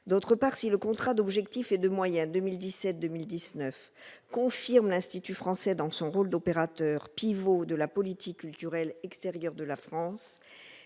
D'autre part, si le contrat d'objectifs et de moyens 2017-2019 confirme l'Institut français dans son rôle d'opérateur pivot de la politique culturelle extérieure de la France,